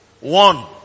One